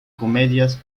comedias